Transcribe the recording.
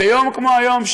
ביום כמו היום,